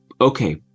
okay